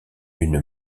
une